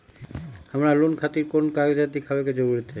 हमरा लोन खतिर कोन कागज दिखावे के जरूरी हई?